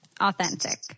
Authentic